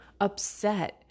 upset